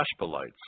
Ashbelites